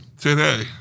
Today